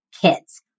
kids